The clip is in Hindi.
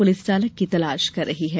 पुलिस चालक की तलाश कर रही है